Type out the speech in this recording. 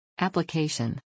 Application